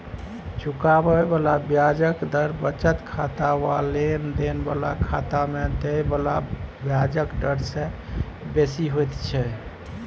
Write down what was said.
चुकाबे बला ब्याजक दर बचत खाता वा लेन देन बला खाता में देय बला ब्याजक डर से बेसी होइत छै